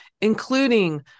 including